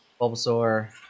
Bulbasaur